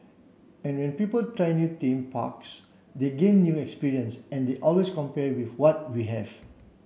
and when people try new theme parks they gain new experience and they always compare with what we have